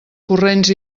corrents